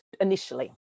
initially